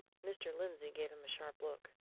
mr. lindsey gave him a sharp look.